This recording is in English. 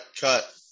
cut